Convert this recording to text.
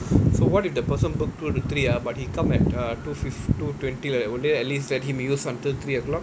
so what if that person book two to three ah but he come at uh two fif~ two twenty like that will they at least let him use until three O clock